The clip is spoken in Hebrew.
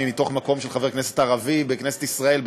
מתוך מקום של חבר כנסת ערבי בכנסת ישראל,